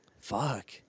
fuck